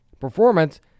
performance